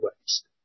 waste